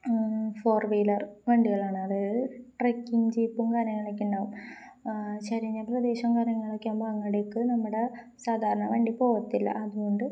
four wheeler വണ്ടികളാണ് അതായത് trekking ജീപ്പും കാര്യങ്ങളൊക്കെ ഇണ്ടാവും ചരഞ്ഞ പ്രദേശം കാര്യങ്ങളൊക്കെ ആകുമ്പോ അങ്ങടേക്ക് നമ്മടെ സാധാരണ വണ്ടി പോവത്തില്ല അതുകൊണ്ട്